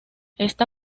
esta